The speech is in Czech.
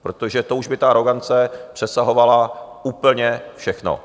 Protože to už by ta razance přesahovala úplně všechno.